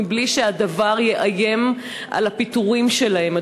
מבלי שהדבר יאיים עליהן בפיטורים שלהן,